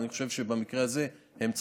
אבל אני חושב שבמקרה הזה הם צודקים.